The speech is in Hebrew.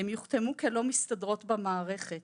הן יוחתמו כלא מסתדרות במערכת,